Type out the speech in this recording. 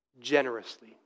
generously